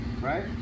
right